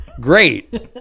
great